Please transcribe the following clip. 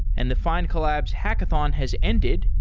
and the findcollabs hackathon has ended.